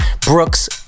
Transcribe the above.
Brooks